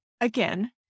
again